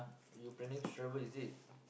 you planning to travel is it